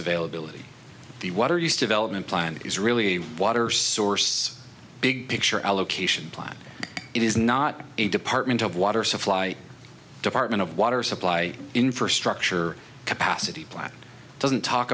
availability the water use development plant is really a water source big picture allocation plan it is not a department of water supply department of water supply infrastructure capacity plan doesn't talk